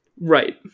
Right